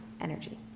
energy